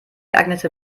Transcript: geeignete